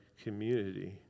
community